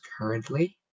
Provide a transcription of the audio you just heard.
currently